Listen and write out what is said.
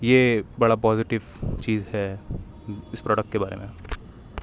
یہ بڑا پوزیٹو چیز ہے اِس پروڈکٹ کے بارے میں